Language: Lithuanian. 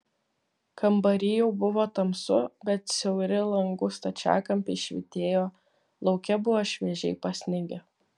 kambary jau buvo tamsu bet siauri langų stačiakampiai švytėjo lauke buvo šviežiai pasnigę